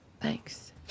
Thanks